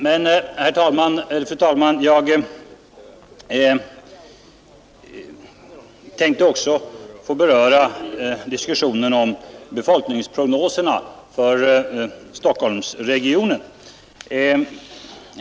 Men, fru talman, jag tänkte också få beröra diskussionen om befolkningsprognoserna för Stockholmsregionen.